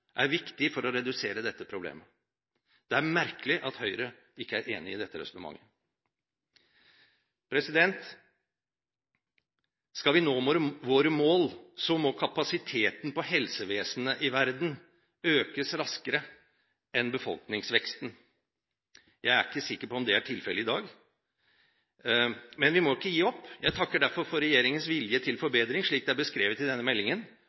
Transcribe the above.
er viktig for å redusere dette problemet. Det er merkelig at Høyre ikke er enig i dette resonnementet. Skal vi nå våre mål, må kapasiteten på helsevesenet i verden økes raskere enn befolkningsveksten. Jeg er ikke sikker på om det er tilfellet i dag, men vi må ikke gi opp. Jeg takker derfor for regjeringens vilje til forbedring, slik det er beskrevet i denne meldingen,